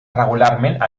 regularment